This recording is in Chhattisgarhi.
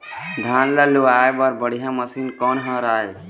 धान ला लुआय बर बढ़िया मशीन कोन हर आइ?